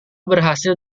berhasil